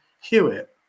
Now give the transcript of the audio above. Hewitt